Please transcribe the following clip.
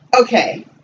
Okay